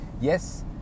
yes